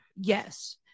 yes